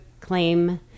claim